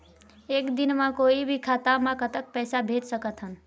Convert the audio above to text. एक दिन म कोई भी खाता मा कतक पैसा भेज सकत हन?